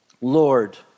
Lord